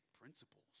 principles